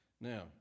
Now